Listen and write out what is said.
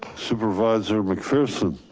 supervisor mcpherson. i